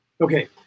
Okay